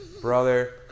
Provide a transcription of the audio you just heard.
Brother